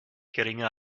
geringer